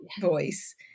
voice